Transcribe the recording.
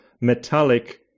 metallic